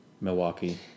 Milwaukee